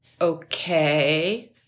okay